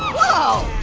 whoa,